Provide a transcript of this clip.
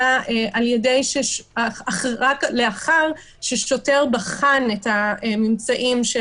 אלא רק לאחר ששוטר בחן את הממצאים של